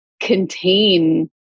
contain